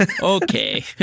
okay